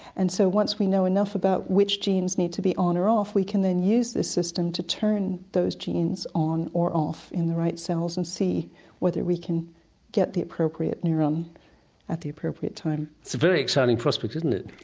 and so once we know enough about which genes need to be on or off we can then use this system to turn those genes on or off in the right cells and see whether we can get the appropriate neuron at the appropriate time. it's a very exciting prospect, isn't it?